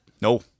No